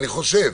אני חושב